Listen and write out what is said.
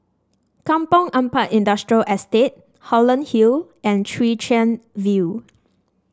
Kampong Ampat Industrial Estate Holland Hill and Chwee Chian View